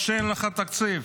או שאין לך תקציב.